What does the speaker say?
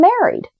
married